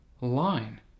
line